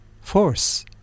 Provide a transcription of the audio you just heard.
force